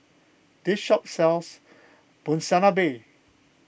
this shop sells Monsunabe